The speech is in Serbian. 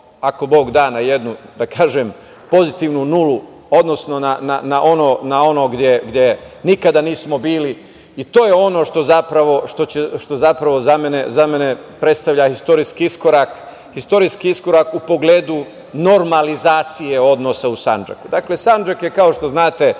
ako Bog da na jednu da kažem pozitivnu nulu, odnosno na ono gde nikada nismo bili. To je ono što zapravo za mene predstavlja istorijski iskorak u pogledu normalizacije odnosa u Sandžaku. Dakle, Sandžak je kao što znate,